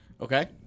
Okay